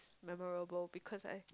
memorable because I